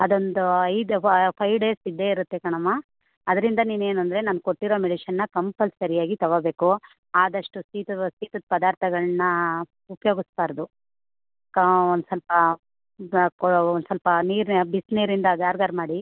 ಅದೊಂದು ಐದು five days ಇದ್ದೇ ಇರುತ್ತೆ ಕಣಮ್ಮ ಅದರಿಂದ ನೀನೇನಂದರೆ ನಾನು ಕೊಟ್ಟಿರೋ ಮೆಡಿಶನ್ನ ಕಂಪಲ್ಸರಿಯಾಗಿ ತಗೋಬೇಕು ಆದಷ್ಟು ಸೀತದ ಸೀತದ ಪದಾರ್ಥಗಳನ್ನ ಉಪಯೋಗಿಸಬಾರದು ಒಂದು ಸ್ವಲ್ಪ ಒಂದು ಸ್ವಲ್ಪ ನೀರನ್ನ ಬಿಸಿನೀರಿಂದ ಗಾರ್ಗರ್ ಮಾಡಿ